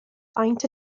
faint